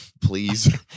please